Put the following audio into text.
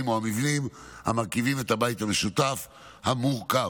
או המבנים המרכיבים את הבית המשותף המורכב.